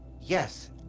yes